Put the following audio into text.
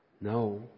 No